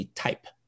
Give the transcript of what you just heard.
type